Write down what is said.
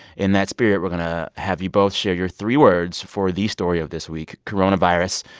in that spirit, we're going to have you both share your three words for the story of this week, coronavirus.